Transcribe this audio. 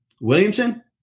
Williamson